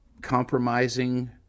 compromising